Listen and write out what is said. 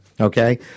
Okay